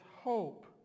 hope